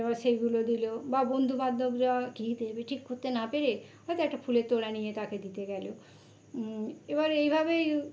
এবার সেগুলো দিলো বা বন্ধু বান্ধবরা কী দেবে ঠিক করতে না পেরে হয়তো একটা ফুলের তোড়া নিয়ে তাকে দিতে গেল এবার এইভাবেই